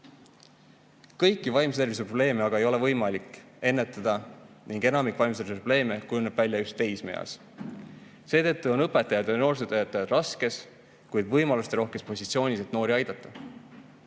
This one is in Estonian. Kõiki vaimse tervise probleeme aga ei ole võimalik ennetada ning enamik vaimseid probleeme kujuneb välja just teismeeas. Seetõttu on õpetajad ja noorsootöötajad raskes, kuid võimalusterohkes positsioonis, et noori aidata.